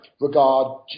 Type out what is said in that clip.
regard